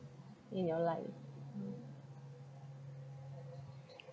in your life mm